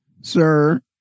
sir